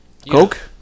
coke